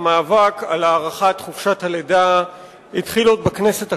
המאבק על הארכת חופשת הלידה התחיל עוד בכנסת הקודמת.